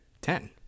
ten